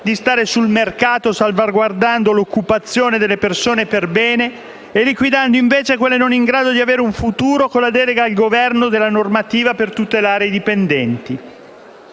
di stare sul mercato, salvaguardando l'occupazione delle persone perbene e liquidando, invece, quelle non in grado di avere un futuro con la delega al Governo della normativa per tutelare i dipendenti.